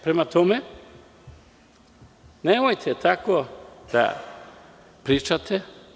Prema tome, nemojte tako da pričate.